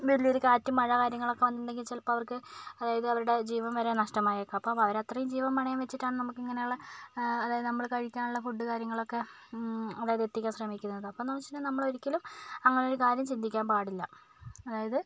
വലിയൊരു കാറ്റ് മഴ കാര്യങ്ങളൊക്കെ വന്നിട്ടുണ്ടെങ്കിൽ ചിലപ്പം അവർക്ക് അതായത് അവരുടെ ജീവൻ വരെ നഷ്ടമായേക്കാം അപ്പം അവർ അത്രയും ജീവൻ പണയം വെച്ചിട്ടാണ് നമുക്ക് ഇങ്ങനെയുള്ള അതായത് നമ്മൾ കഴിക്കാനുള്ള ഫുഡ് കാര്യങ്ങളൊക്കെ അതായത് എത്തിക്കാൻ ശ്രമിക്കുന്നത് അപ്പം എന്ന് വെച്ചിട്ടുണ്ടെങ്കിൽ നമ്മൾ ഒരിക്കലും അങ്ങനെ ഒരു കാര്യം ചിന്തിക്കാൻ പാടില്ല അതായത്